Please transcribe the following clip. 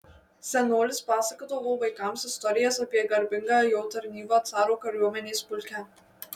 senolis pasakodavo vaikams istorijas apie garbingą jo tarnybą caro kariuomenės pulke